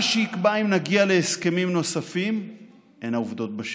מה שיקבע אם נגיע להסכמים נוספים הן העובדות בשטח: